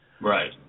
Right